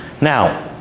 Now